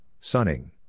sunning